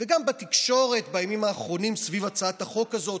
גם בתקשורת בימים האחרונים סביב הצעת החוק הזאת